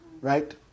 Right